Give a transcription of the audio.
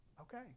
okay